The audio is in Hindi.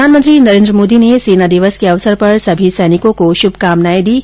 प्रधानमंत्री नरेंद्र मोदी ने सेना दिवस के अवसर पर सभी सैनिकों को शुभकामनाएं दीं